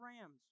rams